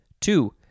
Two